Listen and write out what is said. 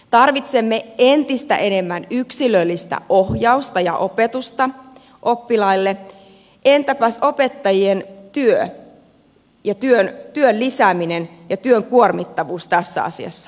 tarvitsemme entistä enemmän yksilöllistä ohjausta ja opetusta oppilaille entäpäs opettajien työ ja työn lisääminen ja työn kuormittavuus tässä asiassa